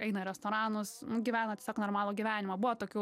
eina į restoranus gyvena tiesiog normalų gyvenimą buvo tokių